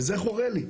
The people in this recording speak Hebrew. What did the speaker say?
זה חורה לי.